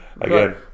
Again